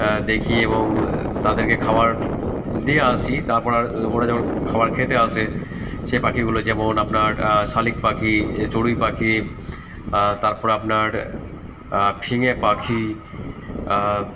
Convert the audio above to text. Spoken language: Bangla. দেখি এবং তাদেরকে খাবার দিয়ে আসি তারপর আর ওরা যেমন খাবার খেতে আসে সেই পাখিগুলো যেমন আপনার শালিক পাখি চড়ুই পাখি তারপর আপনার ফিঙে পাখি